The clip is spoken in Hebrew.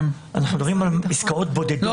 אנחנו מדברים על עסקאות בודדות.